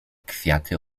kwiaty